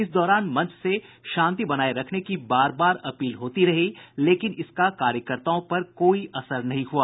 इस दौरान मंच से शांति बनाये रखने की बार बार अपील होती रही लेकिन इसका कार्यकर्ताओं पर कोई असर नहीं हुआ